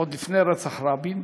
עוד לפני רצח רבין,